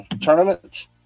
tournament